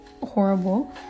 horrible